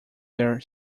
their